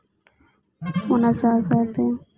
ᱚᱱᱟ ᱥᱟᱶ ᱥᱟᱶᱛᱮ